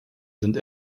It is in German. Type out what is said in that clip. sind